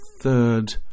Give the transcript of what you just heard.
third